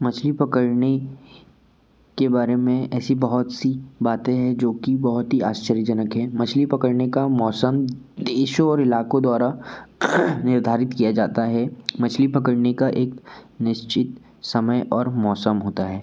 मछली पकड़ने के बारे में ऐसी बहुत सी बाते हैं जो कि बहुत ही आश्चर्यजनक हैं मछली पकड़ने का मौसम देशों और इलाक़ों द्वारा निर्धारित किया जाता है मछली पकड़ने का एक निश्चित समय और मौसम होता है